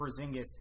Porzingis